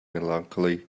melancholy